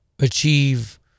achieve